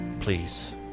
Please